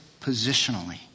positionally